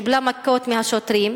קיבלה מכות מהשוטרים,